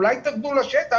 אולי תרדו לשטח